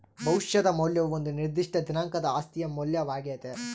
ಭವಿಷ್ಯದ ಮೌಲ್ಯವು ಒಂದು ನಿರ್ದಿಷ್ಟ ದಿನಾಂಕದ ಆಸ್ತಿಯ ಮೌಲ್ಯವಾಗ್ಯತೆ